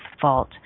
fault